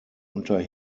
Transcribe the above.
unter